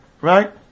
Right